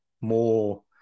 more